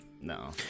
No